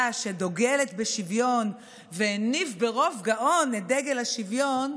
שדוגלת בשוויון והניף ברוב גאון את דגל השוויון,